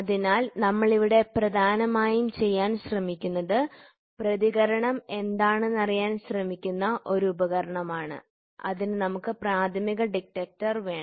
അതിനാൽ നമ്മൾ ഇവിടെ പ്രധാനമായും ചെയ്യാൻ ശ്രമിക്കുന്നത് പ്രതികരണം എന്താണെന്നറിയാൻ ശ്രമിക്കുന്ന ഒരു ഉപകരണമാണ് അതിനു നമുക്ക് പ്രാഥമിക ഡിറ്റക്ടർ വേണം